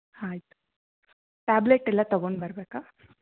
ಆಯ್ತು ಟ್ಯಾಬ್ಲೆಟ್ಟೆಲ್ಲ ತಗೊಂಡು ಬರ್ಬೇಕಾ